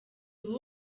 ubu